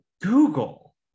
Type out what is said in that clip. google